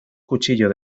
cuchillo